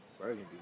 burgundy